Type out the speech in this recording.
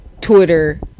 twitter